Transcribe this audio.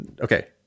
okay